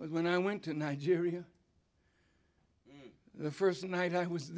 but when i went to nigeria the first night i was